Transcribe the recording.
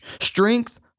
Strength